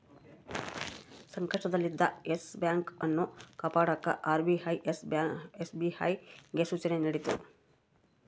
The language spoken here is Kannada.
ಸಂಕಷ್ಟದಲ್ಲಿದ್ದ ಯೆಸ್ ಬ್ಯಾಂಕ್ ಅನ್ನು ಕಾಪಾಡಕ ಆರ್.ಬಿ.ಐ ಎಸ್.ಬಿ.ಐಗೆ ಸೂಚನೆ ನೀಡಿತು